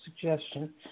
suggestion